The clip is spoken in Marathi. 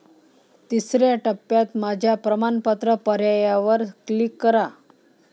तिसर्या टप्प्यात माझ्या प्रमाणपत्र पर्यायावर क्लिक करा